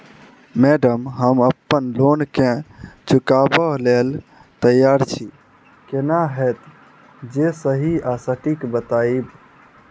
Madam हम अप्पन loan केँ चुकाबऽ लैल तैयार छी केना हएत जे सही आ सटिक बताइब?